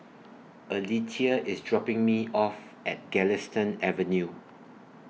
Alethea IS dropping Me off At Galistan Avenue